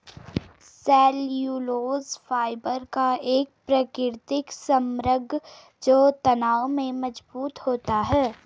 cellulose fibre का एक प्राकृतिक समग्र जो तनाव में मजबूत होता है